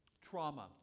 trauma